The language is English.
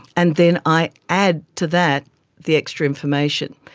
and then i add to that the extra information,